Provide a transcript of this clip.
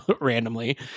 randomly